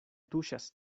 tuŝas